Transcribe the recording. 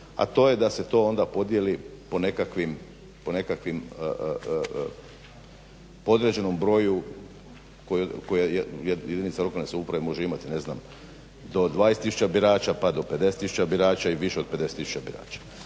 a to je da se to onda podijeli po nekakvim, po određenom broju koje jedinica lokalne samouprave može imati, ne znam do 20 tisuća birača, pa do 50 tisuća birača i više od 50 tisuća birača.